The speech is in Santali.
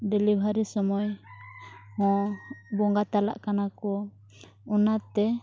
ᱰᱮᱞᱤᱵᱷᱟᱨᱤ ᱥᱚᱢᱚᱭ ᱦᱚᱸ ᱵᱚᱸᱜᱟ ᱛᱟᱞᱟᱜ ᱠᱟᱱᱟ ᱠᱚ ᱚᱱᱟᱛᱮ